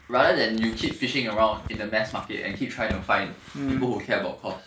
rather than you keep fishing around in a mass market and keep trying to find people who care about cost